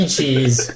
Cheese